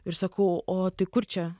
ir sakau o tai kur čia